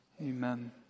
Amen